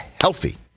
healthy